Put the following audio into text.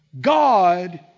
God